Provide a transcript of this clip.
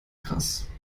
krass